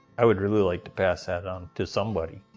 i would really like to pass that on to somebody,